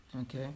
okay